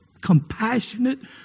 compassionate